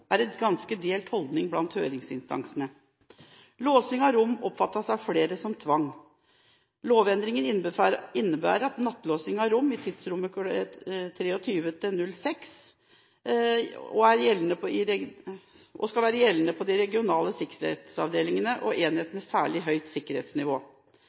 er det en ganske delt holdning blant høringsinstansene. Låsing av rom oppfattes av flere som tvang. Lovendringen innebærer nattelåsing av rom i tidsrommet kl. 23–06 og skal gjelde på de regionale sikkerhetsavdelingene og enhet med særlig høyt sikkerhetsnivå. Flertallet i komiteen – Arbeiderpartiet, Fremskrittspartiet, Høyre, SV og